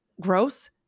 gross